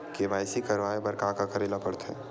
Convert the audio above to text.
KYC करवाय बर का का करे ल पड़थे?